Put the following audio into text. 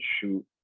shoot